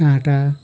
काँटा